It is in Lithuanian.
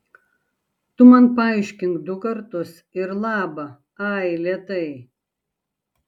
tu man paaiškink du kartus ir laba ai lėtai